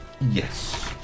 Yes